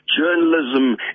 Journalism